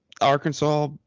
Arkansas